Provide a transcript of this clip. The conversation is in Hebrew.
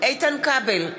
איתן כבל,